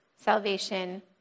Salvation